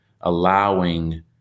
allowing